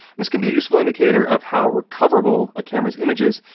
this can be a useful indicator of how recoverable a camera's image is,